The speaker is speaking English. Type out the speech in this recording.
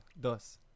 dos